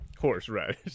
Horseradish